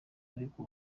ariko